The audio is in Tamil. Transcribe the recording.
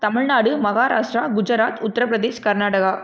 தமிழ்நாடு மகாராஷ்டிரா குஜராத் உத்திரப் பிரதேஷ் கர்நாடகா